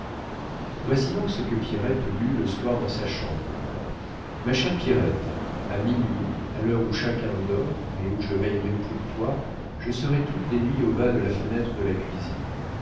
voici donc ce que pierrette lut le soir dans sa chambre ma chère pierrette à minuit à l'heure où chacun dort mais où je veillerai pour toi je serai toutes les nuits au bas de la fenêtre de la cuisine